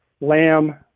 Lamb